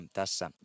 tässä